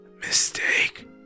Mistake